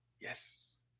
Yes